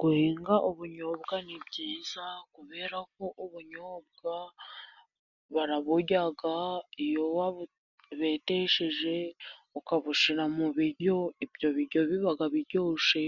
Guhinga ubunyobwa ni byiza, kubera ko ubunyobwa baraburya. Iyo wabubetesheje ukabushyira mu biryo, ibyo biryo biba biryoshye